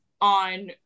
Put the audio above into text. on